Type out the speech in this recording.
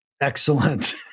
excellent